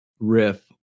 Riff